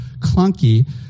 clunky